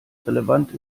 relevant